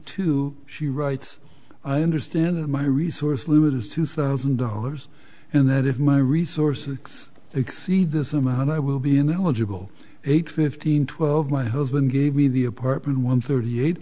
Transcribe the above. two she writes i understand that my resource limit is two thousand dollars and that if my resources exceed this amount i will be ineligible eight fifteen twelve my husband gave me the apartment one thirty eight